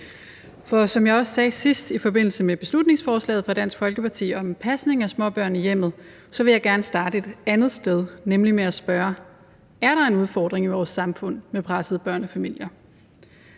For som jeg også sagde sidst i forbindelse med beslutningsforslaget fra Dansk Folkeparti om pasning af småbørn i hjemmet, så vil jeg gerne starte et andet sted, nemlig med at spørge: Er der en udfordring i vores samfund med pressede børnefamilier?